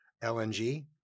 LNG